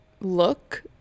look